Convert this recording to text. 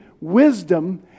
wisdom